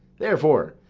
therefore,